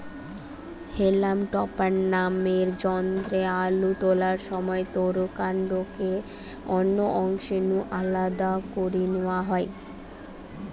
হেলাম topper নামের যন্ত্রে আলু তোলার সময় তারুর কান্ডটাকে অন্য অংশ নু আলদা করি নিয়া হয়